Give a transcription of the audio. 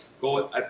go